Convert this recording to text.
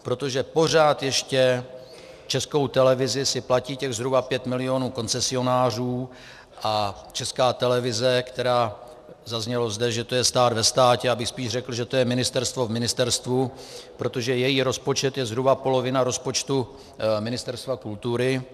Protože stále ještě si Českou televizi platí těch zhruba 5 milionů koncesionářů a Česká televize, která zaznělo zde, že je to stát ve státě, já bych spíše řekl, že to je ministerstvo v ministerstvu, protože její rozpočet je zhruba polovina rozpočtu ministerstva kultury.